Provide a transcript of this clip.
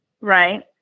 Right